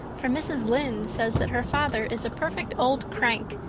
for mrs. lynde says that her father is a perfect old crank,